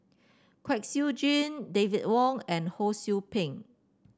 Kwek Siew Jin David Wong and Ho Sou Ping